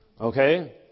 Okay